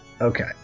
Okay